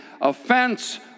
Offense